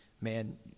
man